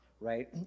right